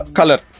color